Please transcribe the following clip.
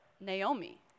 Naomi